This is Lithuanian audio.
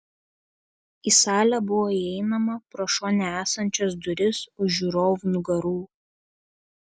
į salę buvo įeinama pro šone esančias duris už žiūrovų nugarų